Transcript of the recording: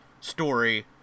story